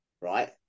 right